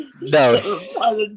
No